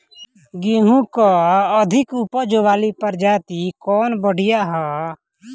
गेहूँ क अधिक ऊपज वाली प्रजाति कवन बढ़ियां ह?